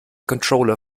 controller